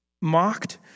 mocked